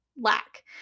lack